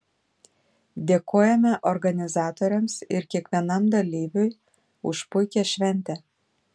dėkojame organizatoriams ir kiekvienam dalyviui už puikią šventę